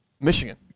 Michigan